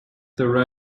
their